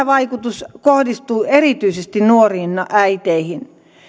vaikutus kohdistuu erityisesti nuoriin äiteihin